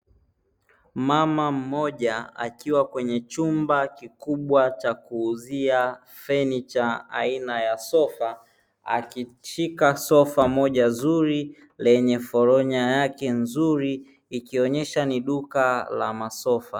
Mama mmoja akiwa katika chumba cha kuuzia fanicha aina ya sofa akishika sofa moja zuri lenye foronya yake nzuri ikionyesha kuwa ni duka la masofa.